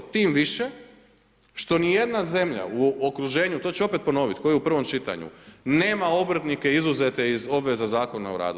Tim više, što ni jedna zemlja u okruženju, to ću opet ponovit kao i u prvom čitanju, nema obrtnike izuzete iz obveza Zakona o radu.